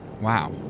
Wow